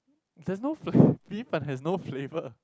there's no fl~ 米粉 has no flavour